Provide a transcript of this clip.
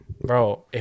Bro